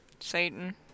satan